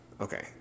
Okay